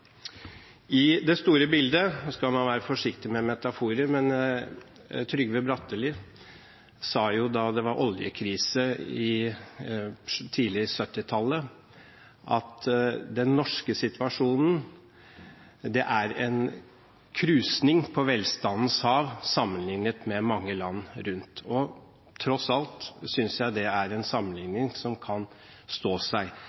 I det store bildet – nå skal man være forsiktig med metaforer, men Trygve Bratteli sa jo da det var oljekrise tidlig på 1970-tallet, at den norske situasjonen er en krusning på velstandens hav sammenlignet med mange land rundt, og tross alt synes jeg det er en sammenligning som kan stå seg.